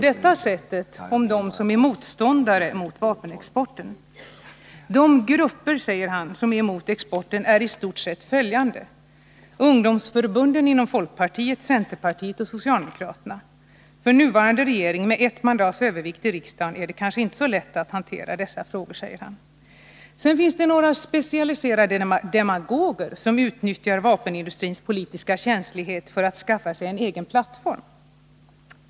Han säger att de som är motståndare till vapenexporten är ungdomsförbunden inom folkpartiet, centerpartiet och socialdemokraterna. För nuvarande regering med ett mandats övervikt i riksdagen är det kanske inte så lätt att hantera dessa frågor, säger han. Till motståndarna mot vapenexporten hör vidare enligt Boforsdirektören några specialiserade demagoger som utnyttjar vapenindustrins politiska känslighet för att skaffa sig en egen plattform.